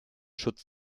schutz